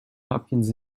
hopkins